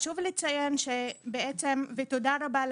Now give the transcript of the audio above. תודה רבה,